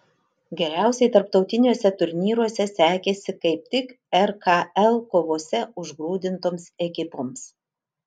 geriausiai tarptautiniuose turnyruose sekėsi kaip tik rkl kovose užgrūdintoms ekipoms